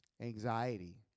anxiety